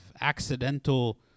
accidental